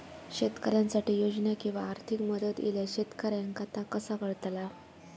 शेतकऱ्यांसाठी योजना किंवा आर्थिक मदत इल्यास शेतकऱ्यांका ता कसा कळतला?